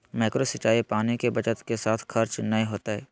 micro सिंचाई पानी के बचत के साथ खर्च नय होतय